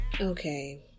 Okay